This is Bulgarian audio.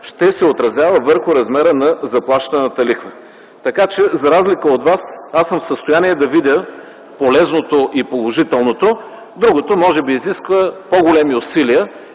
ще се отразява върху размера на заплащаната лихва. Така че, за разлика от Вас, аз съм в състояние да видя полезното и положителното. Другото може би изисква по-големи усилия